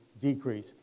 decrease